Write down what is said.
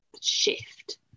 shift